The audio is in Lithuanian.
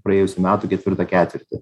praėjusių metų ketvirtą ketvirtį